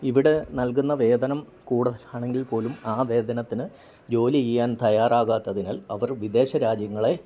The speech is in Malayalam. ഇവിടെ നൽകുന്ന വേതനം കൂടുതലാണെങ്കിൽപ്പോലും ആ വേതനത്തിന് ജോലി ചെയ്യാൻ തയ്യാറാകാത്തതിനാൽ അവർ വിദേശ രാജ്യങ്ങളെ